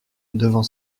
devant